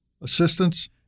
assistance